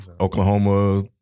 Oklahoma